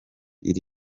iri